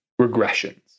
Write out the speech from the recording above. regressions